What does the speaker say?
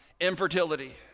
infertility